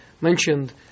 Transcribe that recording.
mentioned